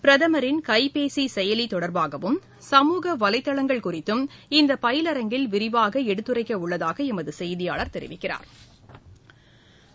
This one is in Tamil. பிரதமரின் கைபேசிசெயலிதொடர்பாகவும் சமூக வலைதளங்கள் குறித்தும் இந்தபயிலரங்கில் விரிவாகஎடுத்துரைக்கஉள்ளதாகஎமதுசெய்தியாளா் தெரிவிக்கிறாா்